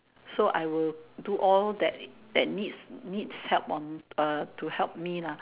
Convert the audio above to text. so I will do all that needs needs help on uh to help me lah